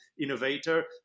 innovator